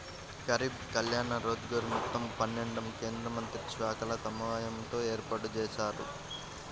గరీబ్ కళ్యాణ్ రోజ్గర్ మొత్తం పన్నెండు కేంద్రమంత్రిత్వశాఖల సమన్వయంతో ఏర్పాటుజేశారు